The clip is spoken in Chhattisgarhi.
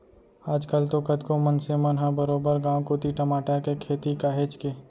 आज कल तो कतको मनसे मन ह बरोबर गांव कोती टमाटर के खेती काहेच के